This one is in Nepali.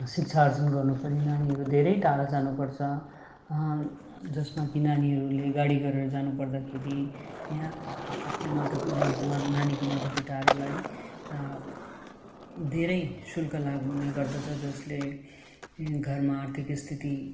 शिक्षा आर्जन गर्नु पनि नानीहरू धेरै टाढा जानु पर्छ जसमा कि नानीहरूले गाडी गरेर जानु पर्दाखेरि यहाँ आफ्नोमा त वहाँको नानीको माता पिताहरूलाई धेरै शुल्क लाग्ने गर्दछ जसले घरमा आर्थिक स्थिति